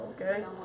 Okay